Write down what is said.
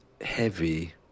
heavy